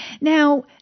Now